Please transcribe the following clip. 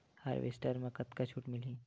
Harvester म कतका छूट मिलही?